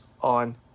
on